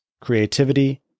creativity